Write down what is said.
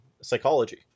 psychology